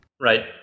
Right